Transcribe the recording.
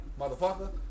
Motherfucker